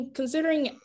considering